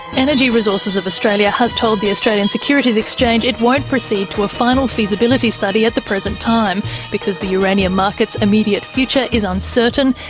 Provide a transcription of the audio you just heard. energy resources of australia has told the australian securities exchange it won't proceeds to a final feasibility study at the present time because the uranium market's immediate future is uncertain,